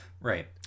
Right